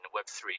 Web3